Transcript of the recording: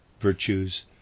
virtues